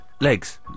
Legs